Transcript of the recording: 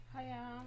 Hiya